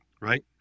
right